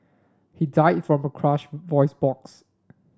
he died from a crushed voice box